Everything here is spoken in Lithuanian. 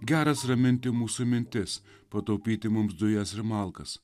geras raminti mūsų mintis pataupyti mums dujas ir malkas